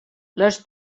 les